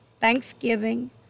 Thanksgiving